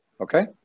Okay